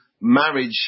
marriage